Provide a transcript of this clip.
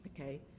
Okay